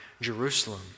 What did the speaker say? Jerusalem